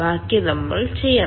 ബാക്കി നമ്മൾ ചെയ്യണം